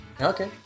Okay